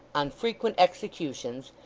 on frequent executions,